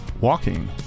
WALKING